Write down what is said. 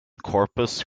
corpus